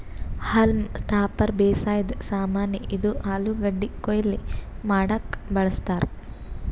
haulm topper ಬೇಸಾಯದ್ ಸಾಮಾನಿ, ಇದು ಆಲೂಗಡ್ಡಿ ಕೊಯ್ಲಿ ಮಾಡಕ್ಕ್ ಬಳಸ್ತಾರ್